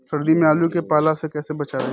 सर्दी में आलू के पाला से कैसे बचावें?